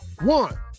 One